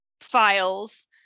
files